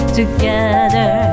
together